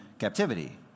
captivity